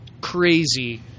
crazy